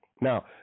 Now